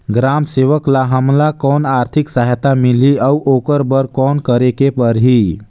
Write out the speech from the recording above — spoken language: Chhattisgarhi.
ग्राम सेवक ल हमला कौन आरथिक सहायता मिलही अउ ओकर बर कौन करे के परही?